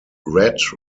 red